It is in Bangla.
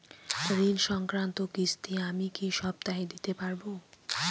ঋণ সংক্রান্ত কিস্তি আমি কি সপ্তাহে দিতে পারবো?